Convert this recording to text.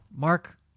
Mark